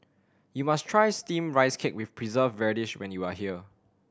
you must try Steamed Rice Cake with Preserved Radish when you are here